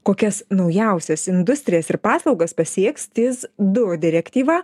kokias naujausias industrijas ir paslaugas pasieks tis du direktyva